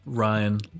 Ryan